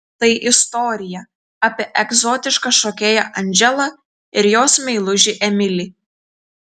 tai istorija apie egzotišką šokėją andželą ir jos meilužį emilį